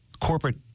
corporate